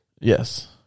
Yes